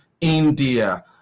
India